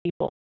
people